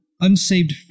unsaved